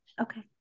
Okay